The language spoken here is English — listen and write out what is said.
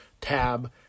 tab